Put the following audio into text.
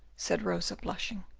said rosa, blushing.